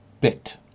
bit